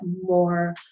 more